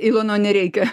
ilono nereikia